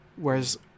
whereas